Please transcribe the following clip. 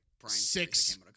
Six